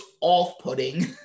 off-putting